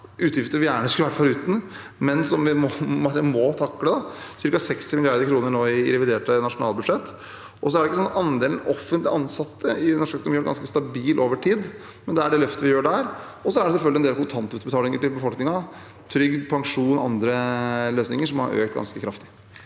utgifter vi gjerne skulle vært foruten, men som vi må takle. Det er ca. 60 mrd. kr i revidert nasjonalbudsjett. Andelen offentlig ansatte i den norske økonomien har vært ganske stabil over tid, men det er det løftet vi gjør der. Så er det selvfølgelig en del kontantutbetalinger til befolkningen – trygd, pensjon og andre løsninger – som har økt ganske kraftig.